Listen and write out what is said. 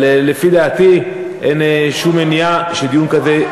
אבל לפי דעתי, אין שום מניעה שדיון כזה,